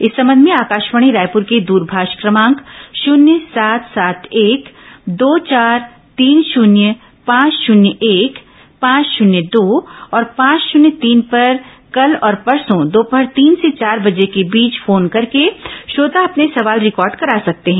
इस संबंध में आकाशवाणी रायपुर के द्रभाष क्रमांक शून्य सात सात एक दो चार तीन शून्य पांच शून्य एक पांच शून्य दो और पांच शुन्य तीन पर कल और परसों दोपहर तीन से चार बजे के बीच फोन करके श्रोता अपने सवाल रिकॉर्ड करा सकते हैं